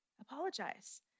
Apologize